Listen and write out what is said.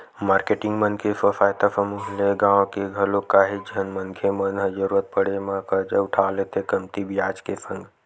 marketing मन के स्व सहायता समूह ले गाँव के घलोक काहेच झन मनखे मन ह जरुरत पड़े म करजा उठा लेथे कमती बियाज के संग